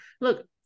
look